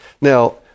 Now